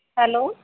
hello